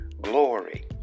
glory